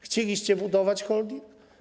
Chcieliście budować holding?